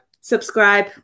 subscribe